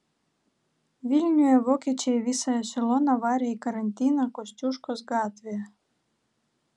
vilniuje vokiečiai visą ešeloną varė į karantiną kosciuškos gatvėje